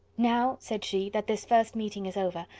now, said she, that this first meeting is over,